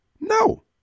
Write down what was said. No